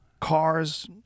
cars